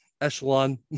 Echelon